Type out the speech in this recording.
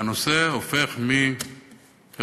הנושא הופך מרפורמה,